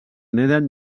neden